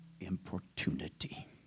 importunity